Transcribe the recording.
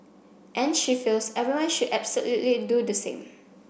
and she feels everyone should absolutely do the same